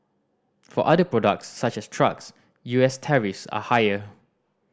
for other products such as trucks U S tariffs are higher